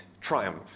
triumph